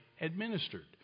administered